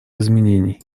изменений